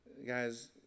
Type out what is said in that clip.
guys